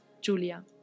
Julia